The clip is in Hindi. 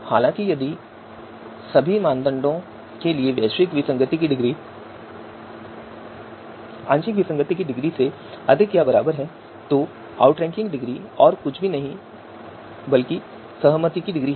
हालाँकि यदि सभी मानदंडों के लिए यह वैश्विक विसंगति की डिग्री आंशिक विसंगति की डिग्री से अधिक या बराबर है तो आउटरैंकिंग डिग्री और कुछ नहीं बल्कि सहमति की डिग्री है